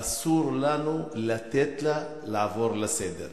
אסור לנו לעבור עליה לסדר-היום.